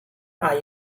are